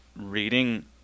reading